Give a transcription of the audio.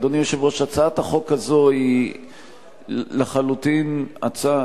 הצעת החוק הזאת היא לחלוטין הצעה,